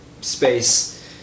space